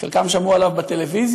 חלקם שמעו עליו בטלוויזיה.